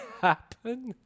happen